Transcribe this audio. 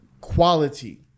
quality